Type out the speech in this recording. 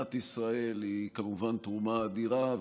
למדינת ישראל היא כמובן תרומה אדירה.